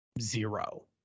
zero